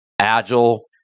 agile